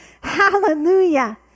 hallelujah